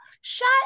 Shut